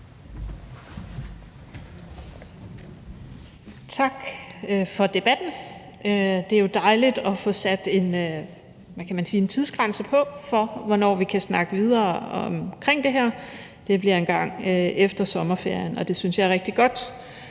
Tak for debatten. Det er jo dejligt at få sat, hvad kan man sige, en tidsgrænse på for, hvornår vi kan snakke videre omkring det her. Det bliver engang efter sommerferien, og det synes jeg er rigtig godt.